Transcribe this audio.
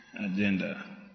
agenda